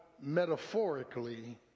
metaphorically